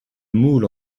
moule